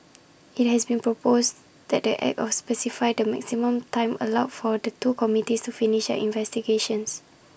IT has been proposed that the act specify the maximum time allowed for the two committees to finish their investigations